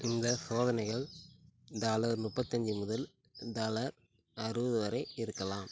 இந்த சோதனைகள் டாலர் முப்பத்தஞ்சு முதல் டாலர் அறுபது வரை இருக்கலாம்